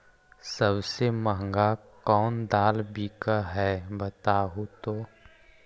सबसे महंगा कोन दाल बिक है बताहु तो?